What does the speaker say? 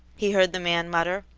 he heard the man mutter,